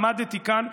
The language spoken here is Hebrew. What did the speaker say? עמדתי כאן,